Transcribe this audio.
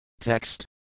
Text